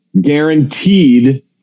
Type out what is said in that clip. guaranteed